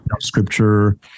scripture